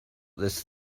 this